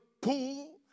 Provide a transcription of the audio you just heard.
pool